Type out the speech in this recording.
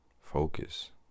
focus